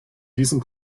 diesem